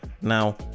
Now